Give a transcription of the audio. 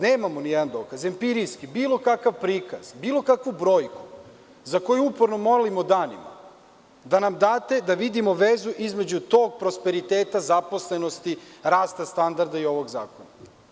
Nemamo ni jedan dokaz, empirijski, bilo kakav prikaz, bilo kakvu brojku za koju uporno molimo danima da nam date da vidimo vezu između tog prosperiteta zaposlenosti, rasta standarda i ovog zakona.